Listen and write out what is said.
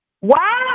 Wow